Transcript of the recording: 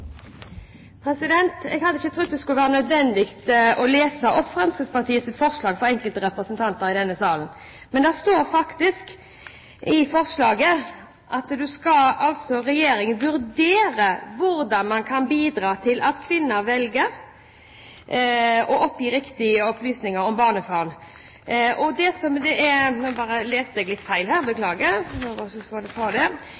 forslag. Jeg hadde ikke trodd det skulle være nødvendig å lese opp Fremskrittspartiets forslag for enkelte representanter i denne salen, men det står faktisk i forslaget: «Stortinget ber regjeringen vurdere hvordan man kan bidra til at kvinner velger å gi riktige opplysninger om barnefar, og komme tilbake til Stortinget på egnet måte med en vurdering av hvordan intensjonen i forslaget kan ivaretas.» Det er